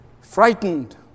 frightened